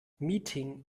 meeting